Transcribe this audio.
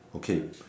okay